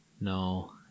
No